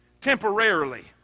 Temporarily